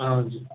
हजुर